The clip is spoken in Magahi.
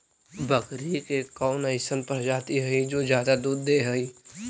बकरी के कौन अइसन प्रजाति हई जो ज्यादा दूध दे हई?